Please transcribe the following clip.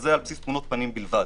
וזה על בסיס תמונות פנים בלבד.